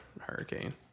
hurricane